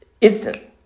instant